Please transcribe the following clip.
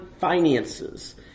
finances